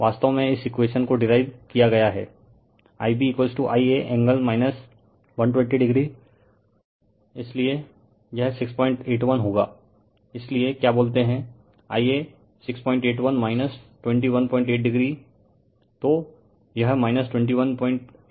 वास्तव में इस इक्वेशन को डीराइवड किया गया हैं IbIa एंगल 120o इसीलिए यह 681 होगा इसलिए क्या बोलते है Ia 681 218o